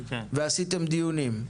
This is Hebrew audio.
ועשיתם דיונים?